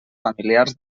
familiars